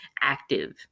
active